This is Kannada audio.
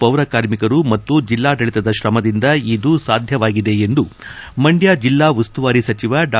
ಪೌರಕಾರ್ಮಿಕರು ಮತ್ತು ಜಿಲ್ಲಾಡಳಿತದ ಶ್ರಮದಿಂದ ಇದು ಸಾಧ್ಯವಾಗಿದೆ ಎಂದು ಮಂಡ್ಲ ಜಿಲ್ಲಾ ಉಸ್ತುವಾರಿ ಸಚಿವ ಡಾ